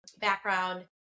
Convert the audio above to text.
background